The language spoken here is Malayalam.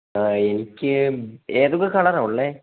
ആ എനിക്ക് എതൊക്കെ കളറാണുള്ളത്